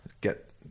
get